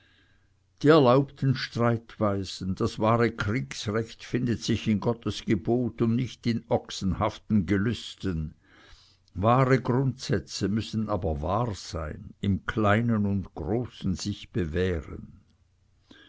die erlaubten streitweisen das wahre kriegsrecht findet sich in gottes gebot und nicht in ochsenhaften gelüsten wahre grundsätze müssen aber wahr sein im kleinen und großen sich bewähren